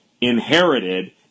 inherited